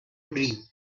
dream